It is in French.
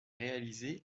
réalisées